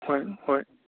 ꯍꯣꯏ ꯍꯣꯏ